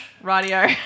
radio